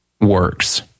works